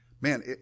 man